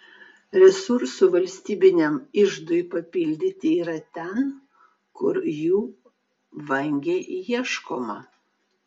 resursų valstybiniam iždui papildyti yra ten kur jų vangiai ieškoma